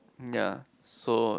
ya so